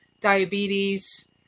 Diabetes